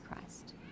Christ